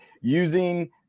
using